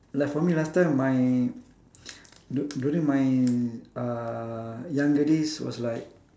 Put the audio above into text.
like for me last time my du~ during my uh younger days was like